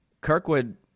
Kirkwood